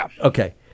okay